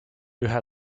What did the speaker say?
ühe